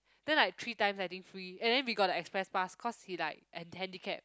then like three time I think free and then we got the express pass cause he like an handicap